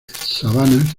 cerca